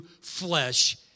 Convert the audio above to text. flesh